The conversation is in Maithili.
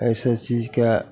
एहिसब चीजके